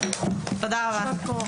הישיבה ננעלה בשעה